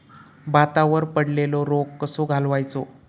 भातावर पडलेलो रोग कसो घालवायचो?